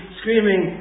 screaming